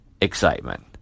excitement